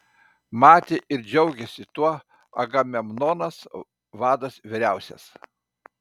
matė ir džiaugėsi tuo agamemnonas vadas vyriausias